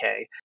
UK